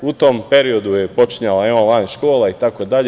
U tom periodu je počinjala on-lajn škola itd.